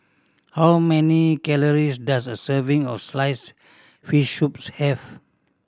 how many calories does a serving of sliced fish soup have